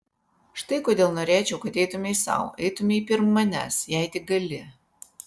štai kodėl norėčiau kad eitumei sau eitumei pirm manęs jei tik gali